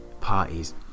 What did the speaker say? Parties